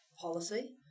policy